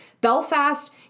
Belfast